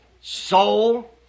soul